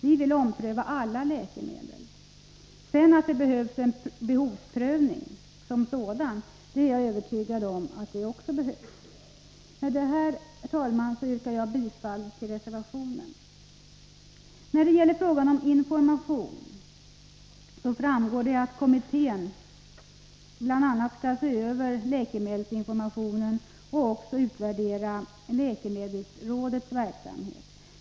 Vi vill ompröva alla läkemedel. Att en behovsprövning som sådan dessutom är nödvändig är jag övertygad om. Med detta, fru talman, yrkar jag bifall till reservationen. När det sedan gäller frågan om läkemedelsinformation framgår det att kommittén bl.a. skall se över denna och också utvärdera läkemedelsrådets verksamhet.